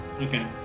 Okay